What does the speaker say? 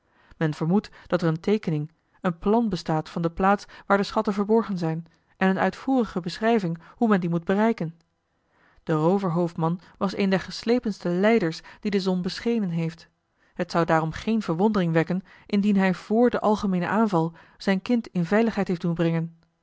men vermoedt dat er een teekening een plan bestaat van de plaats waar de schatten verborgen zijn en een uitvoerige beschrijving hoe men die moet bereiken de rooverhoofdman was een der geslepenste leiders die de zon beschenen heeft het zou daarom geen verwondering wekken indien hij vr den algemeenen aanval zijn kind in veiligheid heeft doen brengen